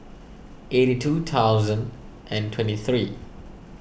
eighty two thousand and twenty three